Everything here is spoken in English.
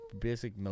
basic